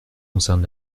concerne